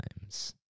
times